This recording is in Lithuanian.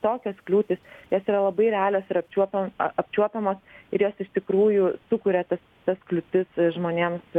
tokios kliūtys jos yra labai realios ir apčiuopia apčiuopiamos ir jos iš tikrųjų sukuria tas tas kliūtis žmonėms